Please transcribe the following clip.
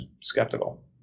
skeptical